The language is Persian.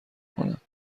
کنند